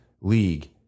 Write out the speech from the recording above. league